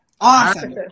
Awesome